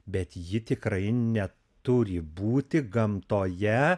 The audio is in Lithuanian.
bet ji tikrai ne turi būti gamtoje